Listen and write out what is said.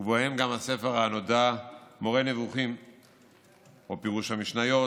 ובהם גם הספר הנודע מורה נבוכים או פירוש המשניות